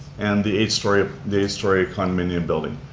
and the eight-story ah the eight-story condominium building,